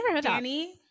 Danny